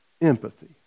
empathy